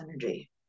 energy